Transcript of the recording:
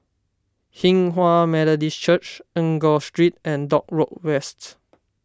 Hinghwa Methodist Church Enggor Street and Dock Road West